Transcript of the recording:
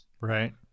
Right